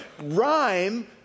rhyme